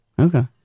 Okay